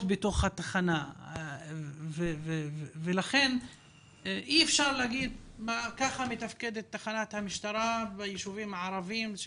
בתוך התחנה לכן אי אפשר לומר שכך מתפקדת תחנת המשטרה בישובים הערביים.